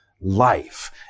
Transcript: life